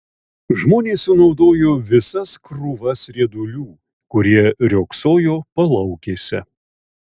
žmonės sunaudojo visas krūvas riedulių kurie riogsojo palaukėse